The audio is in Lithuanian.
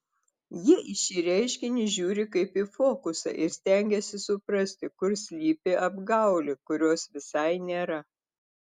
jie į šį reiškinį žiūri kaip į fokusą ir stengiasi suprasti kur slypi apgaulė kurios visai nėra